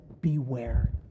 Beware